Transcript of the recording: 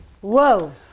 Whoa